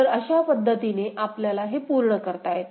तर अशा पद्धतीने आपल्याला हे पूर्ण करता येते